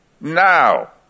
Now